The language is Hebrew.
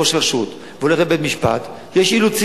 ראש רשות, והוא הולך לבית-משפט, יש אילוצים.